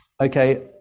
Okay